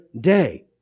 day